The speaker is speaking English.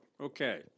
Okay